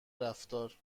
رفتار